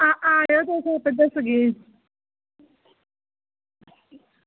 हां आएओ तुस ते दस्सगे